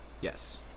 Yes